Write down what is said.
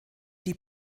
die